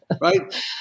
Right